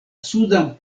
sudan